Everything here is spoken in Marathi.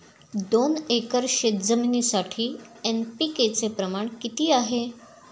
दोन एकर शेतजमिनीसाठी एन.पी.के चे प्रमाण किती आहे?